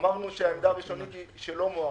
אמרנו שהעמדה הראשונית היא שלא מוארך.